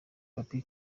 pappy